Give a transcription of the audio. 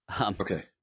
Okay